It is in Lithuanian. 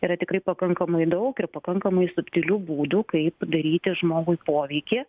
yra tikrai pakankamai daug ir pakankamai subtilių būdų kaip daryti žmogui poveikį